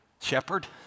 Shepherd